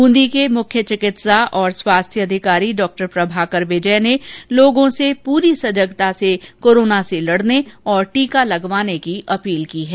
ब्रंदी के मुख्य चिकित्सा और स्वास्थ्य अधिकारी डॉ प्रभाकर विजय ने लोगों से पूरी सजगता से कोरोना से लड़ने और टीका लगवाने की अपील की है